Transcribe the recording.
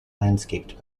landscaped